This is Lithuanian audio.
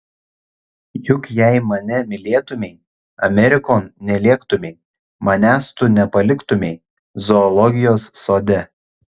juk jei mane mylėtumei amerikon nelėktumei manęs tu nepaliktumei zoologijos sode